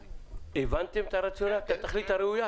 הבנתם את הרציונל, את התכלית הראויה?